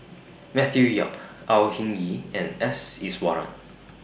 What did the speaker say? Matthew Yap Au Hing Yee and S Iswaran